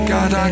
God